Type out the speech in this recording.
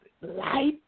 Light